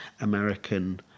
American